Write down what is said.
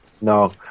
No